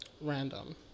Random